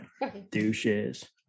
Douches